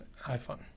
iPhone